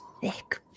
thick